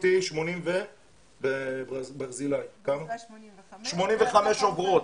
85 אחוזים עוברות.